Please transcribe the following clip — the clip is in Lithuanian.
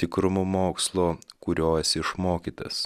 tikrumu mokslo kurio esi išmokytas